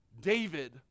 David